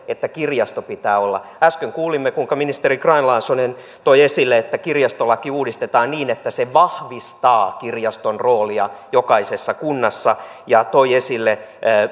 että kirjasto pitää olla äsken kuulimme kuinka ministeri grahn laasonen toi esille että kirjastolaki uudistetaan niin että se vahvistaa kirjaston roolia jokaisessa kunnassa ja toi esille